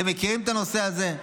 אתם מכירים את הנושא הזה.